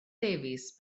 davies